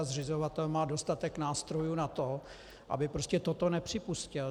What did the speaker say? Zřizovatel má dostatek nástrojů na to, aby prostě toto nepřipustil.